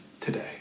today